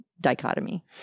dichotomy